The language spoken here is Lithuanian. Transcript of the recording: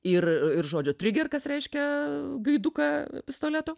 ir ir žodžio triger kas reiškia gaiduką pistoleto